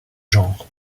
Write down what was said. genre